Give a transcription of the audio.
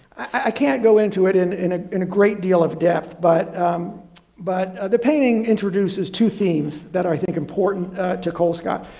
i can't go into it in in ah a great deal of depth, but but the painting introduces two themes that are, i think, important to colescott.